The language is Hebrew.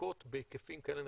בדיקות בהיקפים כאלה רחבים.